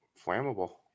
Flammable